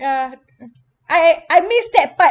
uh I I miss that part